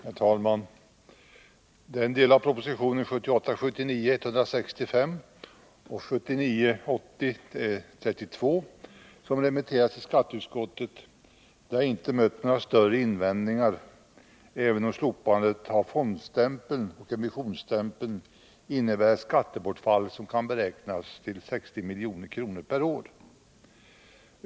Herr talman! Varken propositionen 1978 80:32 har mött några större invändningar i utskottet, även om slopandet av fondstämpeln och emissionsstämpeln innebär skattebortfall som kan beräknas till 60 milj.kr. per år.